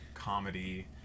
comedy